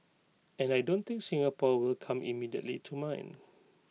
and I don't think Singapore will come immediately to mind